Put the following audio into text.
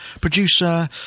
producer